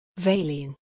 Valine